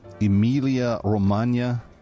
Emilia-Romagna